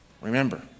Remember